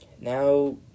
Now